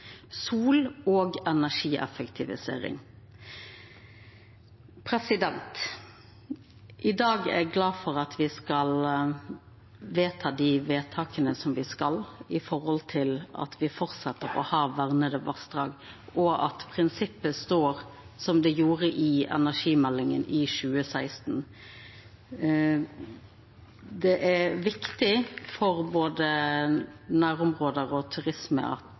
sol og energieffektivisering. I dag er eg glad for at me skal vedta dei vedtaka me skal, med omsyn til at me fortset å ha verna vassdrag, og at prinsippet står som det gjorde i energimeldinga frå 2016. Det er viktig for både nærområda, turismen og